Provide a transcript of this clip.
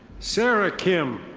sarah kim.